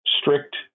strict